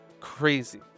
crazy